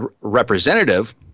representative